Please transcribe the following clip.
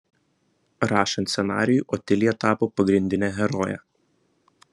rašant scenarijų otilija tapo pagrindine heroje